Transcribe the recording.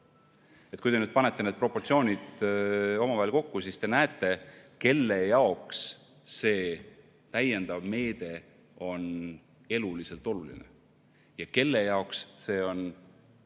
Kui te nüüd panete need proportsioonid kokku, siis te näete, kelle jaoks see täiendav meede on eluliselt oluline ja kelle jaoks see on